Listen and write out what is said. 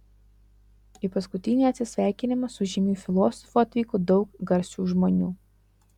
į paskutinį atsisveikinimą su žymiu filosofu atvyko daug garsių žmonių